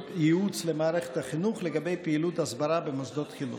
הייעוץ למערכת החינוך לגבי פעילות הסברה במוסדות חינוך.